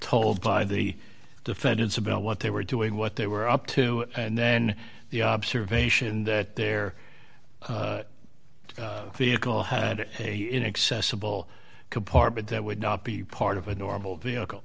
told by the defendants about what they were doing what they were up to and then the observation that their vehicle had a inaccessible compartment that would not be part of a normal vehicle